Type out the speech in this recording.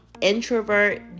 introvert